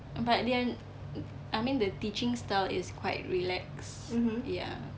but their I mean the teaching style is quite relaxed ya